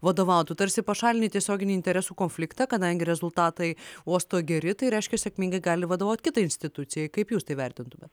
vadovautų tarsi pašalinai tiesioginį interesų konfliktą kadangi rezultatai uosto geri tai reiškia sėkmingai gali vadovaut kitai institucijai kaip jūs tai vertintumėt